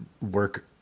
work